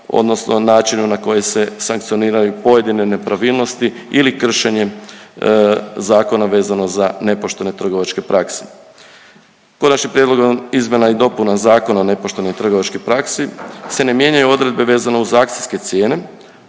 odnosno načinu na koji se sankcioniraju pojedine nepravilnosti ili kršenjem zakona vezano za nepoštene trgovačke prakse. Konačnim prijedlogom izmjena i dopuna Zakona o nepoštenoj trgovačkoj praksi se ne mijenjanju odredbe vezano uz akcijske cijene